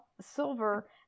silver